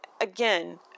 again